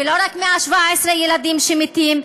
ולא רק 117 ילדים שמתים.